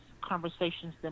conversations